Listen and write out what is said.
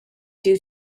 due